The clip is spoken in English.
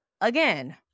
again